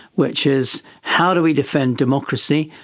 which is how do we defend democracy,